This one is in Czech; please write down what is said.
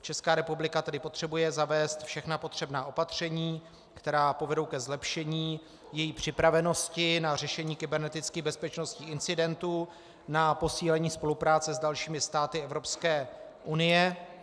Česká republika tedy potřebuje zavést všechna potřebná opatření, která povedou ke zlepšení její připravenosti na řešení kyberneticky bezpečnostních incidentů, na posílení spolupráce s dalšími státy EU.